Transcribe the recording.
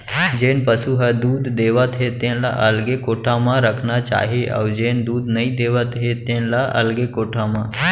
जेन पसु ह दूद देवत हे तेन ल अलगे कोठा म रखना चाही अउ जेन दूद नइ देवत हे तेन ल अलगे कोठा म